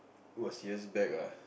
was years back ah